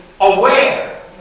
aware